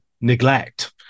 neglect